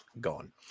gone